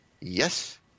Yes